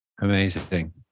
amazing